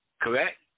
Correct